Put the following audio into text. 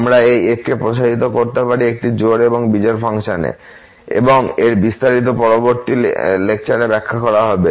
আমরা এই f কে প্রসারিত করতে পারি একটি জোড় এবং বিজোড় ফাংশনে এবং এর বিস্তারিত পরবর্তী লেকচারে ব্যাখ্যা করা হবে